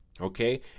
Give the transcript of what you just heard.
Okay